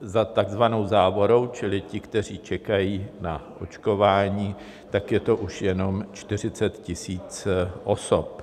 Za takzvanou závorou čili ti, kteří čekají na očkování, tak je to už jenom 40 000 osob.